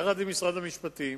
ירד למשרד המשפטים,